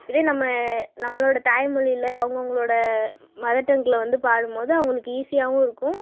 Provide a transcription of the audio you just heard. இதே நம்மளோட தாய்மொழியில் அவங்க அவங்களோட மதர்ட்டங்க்கில் வந்து பாடும் பொழுது அவங்களுக்கு ஈசியாவும் இருக்கும்